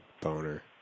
boner